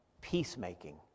peacemaking